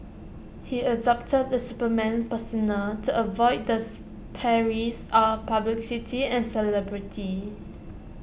he adopted the Superman persona to avoid this perils of publicity and celebrity